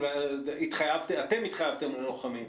אתם התחייבתם ללוחמים,